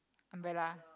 umbrella